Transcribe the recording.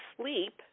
sleep